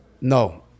no